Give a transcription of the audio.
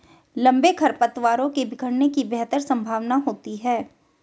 लंबे खरपतवारों के बिखरने की बेहतर संभावना होती है